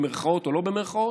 במירכאות או שלא במירכאות,